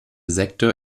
sektor